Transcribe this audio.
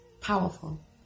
Powerful